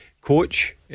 coach